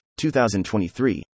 2023